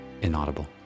inaudible